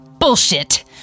Bullshit